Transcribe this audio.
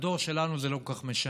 לדור שלנו זה לא כל כך משנה,